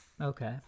Okay